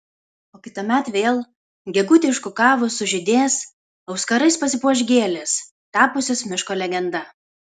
o kitąmet vėl gegutei užkukavus sužydės auskarais pasipuoš gėlės tapusios miško legenda